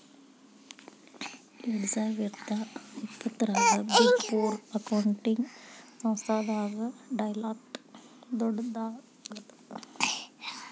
ಎರ್ಡ್ಸಾವಿರ್ದಾ ಇಪ್ಪತ್ತರಾಗ big four accounting ಸಂಸ್ಥಾದಾಗ ಡೆಲಾಯ್ಟ್ ದೊಡ್ಡದಾಗದ